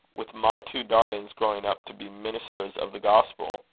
with my two darlings growing up to be ministers of the gospel.